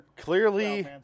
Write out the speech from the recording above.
Clearly